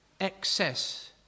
Excess